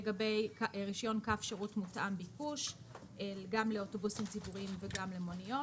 לגבי רישיון קו שירות מותאם ביקוש גם לאוטובוסים ציבוריים וגם למוניות,